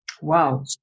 Wow